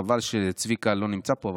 חבל שצביקה לא נמצא פה,